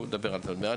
נדבר על זה עוד מעט.